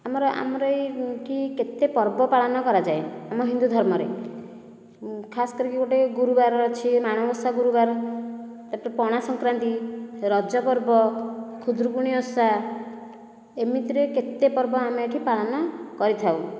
ଆମର ଆମର ଏଇଠି କେତେ ପର୍ବ ପାଳନ କରାଯାଏ ଆମ ହିନ୍ଦୁ ଧର୍ମରେ ଖାସ୍ କରିକି ଗୋଟିଏ ଗୁରୁବାର ଅଛି ମାଣବସା ଗୁରୁବାର ତାପରେ ପଣାସଂକ୍ରାନ୍ତି ରଜ ପର୍ବ ଖୁଦୁରୁକୁଣି ଓଷା ଏମିତିରେ କେତେ ପର୍ବ ଆମେ ଏଇଠି ପାଳନ କରିଥାଉ